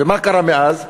ומה קרה מאז?